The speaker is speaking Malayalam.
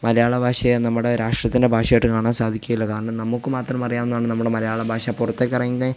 മലയാള ഭാഷയെ നമ്മുടെ രാഷ്ട്രത്തിൻ്റെ ഭാഷ ആയിട്ട് കാണാൻ സാധിക്കുകയില്ല കാരണം നമുക്ക് മാത്രം അറിയാവുന്നത് കൊണ്ട് നമ്മുടെ മലയാള ഭാഷ പുറത്തേക്ക് ഇറങ്ങി കഴിഞ്ഞ്